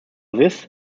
this